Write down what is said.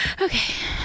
Okay